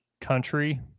country